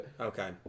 Okay